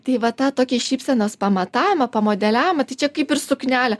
tai va tą tokį šypsenos pamatavimą pamodeliavimą tai čia kaip ir suknelė